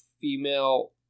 female